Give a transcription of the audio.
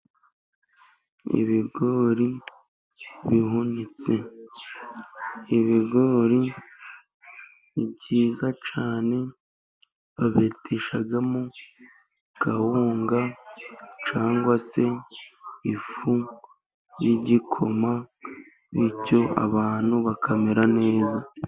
Ibigori bihunitse, ibigori ni byiza cyane babibeteshamo kawunga cyangwa se ifu y'igikoma, bityo abantu bakamera neza.